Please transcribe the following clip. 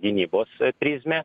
gynybos prizmę